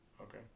Okay